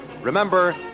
Remember